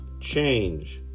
change